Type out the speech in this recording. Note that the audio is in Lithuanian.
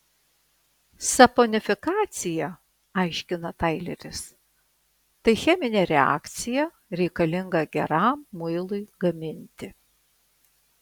saponifikacija aiškina taileris tai cheminė reakcija reikalinga geram muilui gaminti